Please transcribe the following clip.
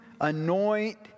anoint